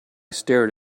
stared